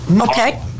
okay